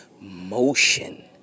motion